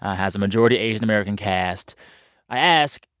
ah has a majority-asian-american cast i ask,